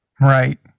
Right